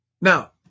Now